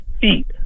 feet